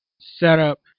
setup